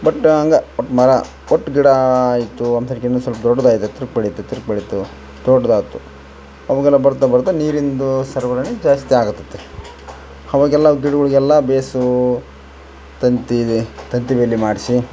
but ಹಂಗೆ ಒಟ್ಟು ಮರ ಒಟ್ಟು ಗಿಡಾ ಆಯಿತು ಅಂದ್ರಗಿನ ಸ್ವಲ್ಪ್ ದೊಡ್ದ ಆಗಿ ಎತ್ರಕ್ಕೆ ಬೆಳಿತದೆ ಬೆಳಿತು ದೊಡ್ದದಾತು ಅವಾಗೆಲ್ಲ ಬರ್ತಾ ಬರ್ತಾ ನೀರಿಂದು ಸರಬರಣೆ ಜಾಸ್ತಿ ಆಗತದೆ ಅವಾಗೆಲ್ಲ ಗಿಡಗಳಿಗೆಲ್ಲ ಭೇಷು ತಂತಿದು ತಂತಿ ಬೇಲಿ ಮಾಡಿಸಿ